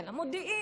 חיל המודיעין,